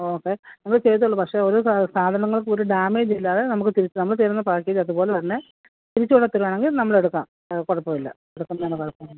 okay അപ്പോൾ ചെയ്തോളൂ പക്ഷെ ഓരോ സാധ സാധനങ്ങൾക്കൊരു ഡാമേജ് ഇല്ലാതെ നമുക്ക് തിരിച്ച് നമ്മൾ തരുന്ന പാക്കേജ് അതുപോലെ തന്നെ തിരിച്ചുകൊണ്ട് തരുവാണെങ്കിൽ നമ്മൾ എടുക്കാം കുഴപ്പമില്ല എടുക്കുന്നതിന് എന്താണ് കുഴപ്പം